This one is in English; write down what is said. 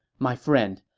my friend,